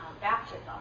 baptism